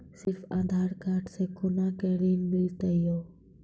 सिर्फ आधार कार्ड से कोना के ऋण मिलते यो?